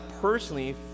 personally